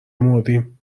مردیم